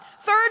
Third